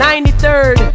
93rd